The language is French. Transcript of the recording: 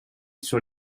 sur